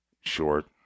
short